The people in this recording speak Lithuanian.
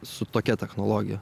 su tokia technologija